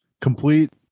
Complete